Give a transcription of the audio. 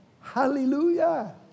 Hallelujah